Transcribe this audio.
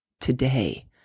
today